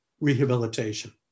rehabilitation